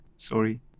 Sorry